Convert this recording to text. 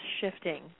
shifting